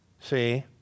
See